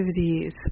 activities